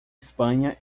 espanha